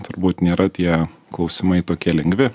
turbūt nėra tie klausimai tokie lengvi